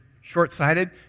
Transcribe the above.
short-sighted